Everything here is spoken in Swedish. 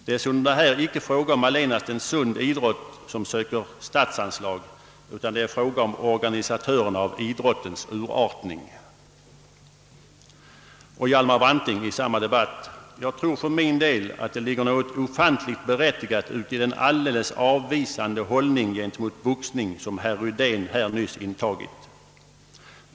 Det är sålunda här icke fråga om allenast en sund idrott som söker statsanslag, utan det är fråga om organisatörerna av idrottens urartning.» Hjalmar Branting sade i samma debatt: »Jag tror för min del att det ligger något ofantligt berättigat uti den alldeles avvisande hållning gentemot boxning som herr Rydén här nyss intagit.